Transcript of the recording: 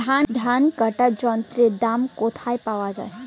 ধান কাটার যন্ত্রের দাম কোথায় পাওয়া যায়?